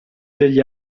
degli